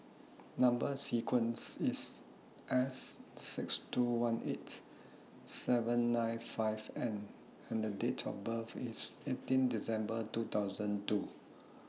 Number sequence IS S six two one eight seven nine five N and Date of birth IS eighteen December two thousand and two